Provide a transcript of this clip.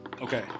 Okay